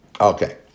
Okay